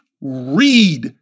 read